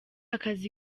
akazi